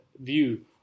view